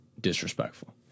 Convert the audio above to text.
disrespectful